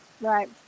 Right